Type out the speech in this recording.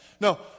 No